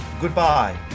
Goodbye